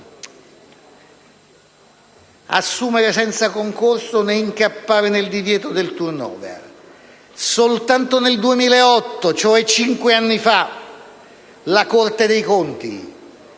assumere senza concorso né incappare nel divieto del *turnover*. Soltanto nel 2008, cioè cinque anni fa, la Corte dei conti,